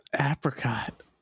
apricot